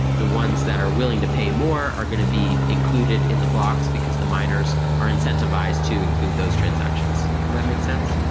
the ones that are willing to pay more are going to be included in the blocks, because the miners are incentivized to include those transactions. does that make sense?